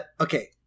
Okay